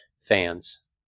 fans